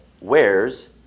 wears